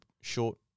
short